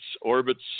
Orbits